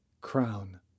crown